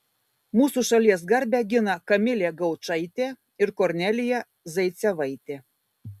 mūsų šalies garbę gina kamilė gaučaitė ir kornelija zaicevaitė